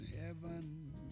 heaven